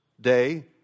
day